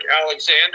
Alexander